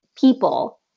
people